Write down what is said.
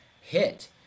hit